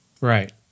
Right